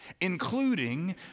including